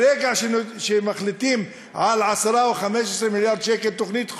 שברגע שמחליטים על 10 או 15 מיליארד שקל בתוכנית חומש,